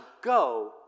Go